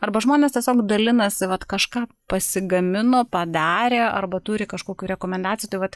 arba žmonės tiesiog dalinasi vat kažką pasigamino padarė arba turi kažkokių rekomendacijų tai vat